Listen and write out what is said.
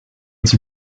its